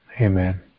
Amen